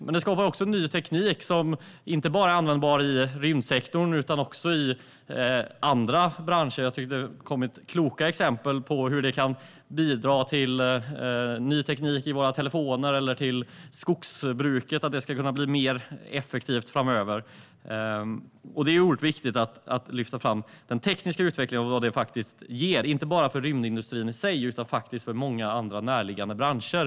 Det skapar dessutom ny teknik som inte bara är användbar inom rymdsektorn utan även i andra branscher. Det har tidigare kommit kloka exempel på hur det kan bidra till ny teknik i våra telefoner eller till att skogsbruket kan bli mer effektivt framöver. Det är viktigt att lyfta fram den tekniska utvecklingen och vad det faktiskt ger, inte bara för rymdindustrin i sig utan för många andra närliggande branscher.